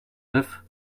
neuf